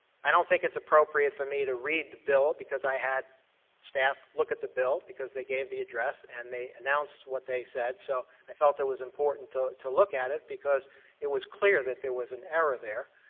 i don't think it's appropriate for me to read the bill because i had staff look at the bill because they gave the address and they announced what they said, so i felt it was important to to look at it because it was clear that there was an error there.